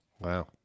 Wow